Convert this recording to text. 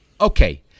Okay